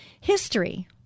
History